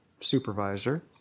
supervisor